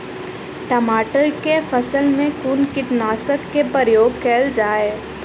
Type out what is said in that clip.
टमाटर केँ फसल मे कुन कीटनासक केँ प्रयोग कैल जाय?